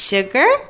Sugar